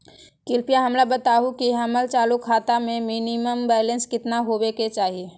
कृपया हमरा बताहो कि हमर चालू खाता मे मिनिमम बैलेंस केतना होबे के चाही